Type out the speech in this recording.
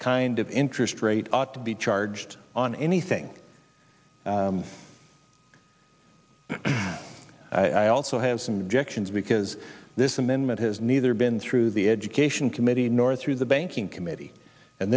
kind of interest rate ought to be charged on anything i also have some objections because this amendment has neither been through the education committee nor through the banking committee and